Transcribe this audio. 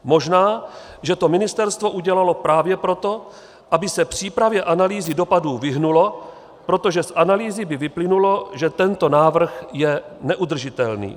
Možná že to ministerstvo udělalo právě proto, aby se přípravě analýzy dopadů vyhnulo, protože z analýzy by vyplynulo, že tento návrh je neudržitelný.